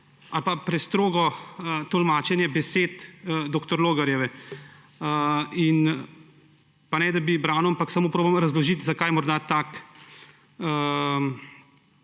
ali pa prestrogo tolmačenje besed dr. Logarjeve. Pa ne, da bi jo branil, ampak samo poskušam razložiti, zakaj morda tak